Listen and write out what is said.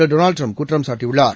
Donald Trump குற்றம் சாட்டியுள்ளார்